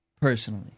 Personally